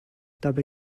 dabei